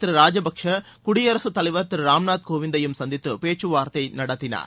திரு ராஜபக்சே குடியரசுத் தலைவர் திரு ராம்நாத் கோவிந்தையும் சந்தித்து பேச்சுவார்த்தை நடத்தினார்